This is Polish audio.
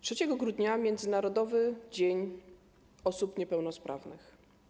3 grudnia - Międzynarodowy Dzień Osób Niepełnosprawnych.